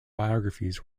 biographies